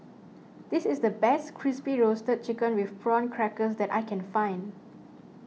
this is the best Crispy Roasted Chicken with Prawn Crackers that I can find